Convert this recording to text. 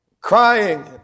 crying